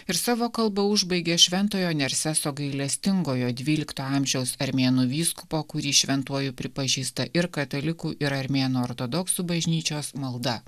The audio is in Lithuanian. ir savo kalbą užbaigė šv nerseso gailestingojo dvylikto amžiaus armėnų vyskupo kurį šventuoju pripažįsta ir katalikų ir armėnų ortodoksų bažnyčios malda